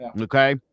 Okay